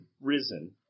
risen